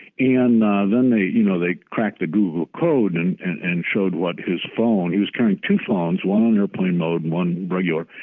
and then they you know they cracked the google code and and and showed what his phone he was carrying two phones, one on airplane mode, one regular,